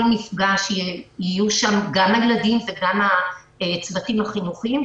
מפגש יהיו גם הילדים וגם הצוותים החינוכיים מוגנים,